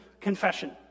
confession